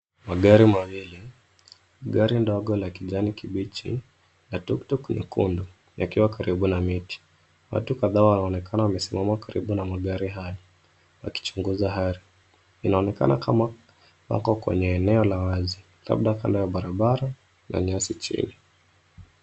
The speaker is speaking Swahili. Magari mawili. Gari ndogo la kijani kibichi na tuk tuk nyekundu yakiwa karibu na miti. Watu kadhaa wanaonekana wamesiamama karibu na magari haya wakichunguza hari. Inaonekana kama wako kwenye eneo la wazi labda kando ya barabara na nyasi chini.